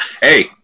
Hey